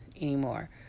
anymore